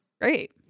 Great